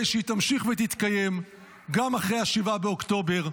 שהיא תמשיך ותתקיים גם אחרי 7 באוקטובר,